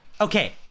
Okay